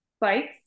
bikes